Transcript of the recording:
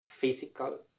physical